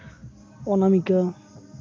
Anamika